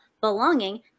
belonging